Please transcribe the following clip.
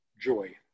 joy